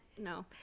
no